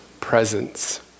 presence